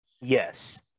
yes